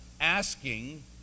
asking